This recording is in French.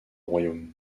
royaume